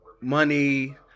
money